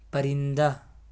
پرندہ